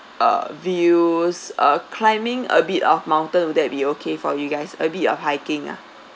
uh views uh climbing a bit of mountain will that be okay for you guys a bit of hiking ah